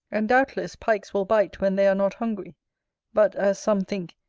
and, doubtless, pikes will bite when they are not hungry but, as some think,